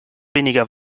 weniger